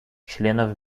членов